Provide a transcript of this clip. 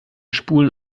spulen